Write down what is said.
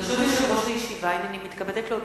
ברשות יושב-ראש הישיבה, הנני מתכבדת להודיעכם,